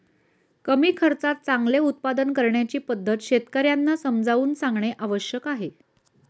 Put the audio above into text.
कमी खर्चात चांगले उत्पादन करण्याची पद्धत शेतकर्यांना समजावून सांगणे आवश्यक आहे